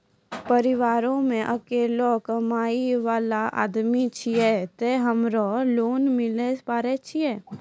परिवारों मे अकेलो कमाई वाला आदमी छियै ते हमरा लोन मिले पारे छियै?